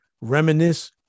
Reminisce